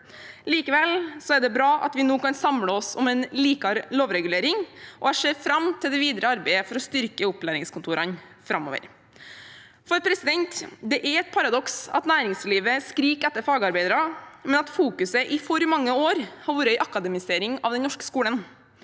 Likevel er det bra at vi nå kan samle oss om en bedre lovregulering, og jeg ser fram til det videre arbeidet for å styrke opplæringskontorene framover. Det er et paradoks at næringslivet skriker etter fagarbeidere, men at man i for mange år har fokusert på en akademisering av den norske skolen.